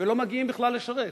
ולא מגיעים בכלל לשרת.